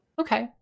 Okay